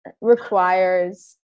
requires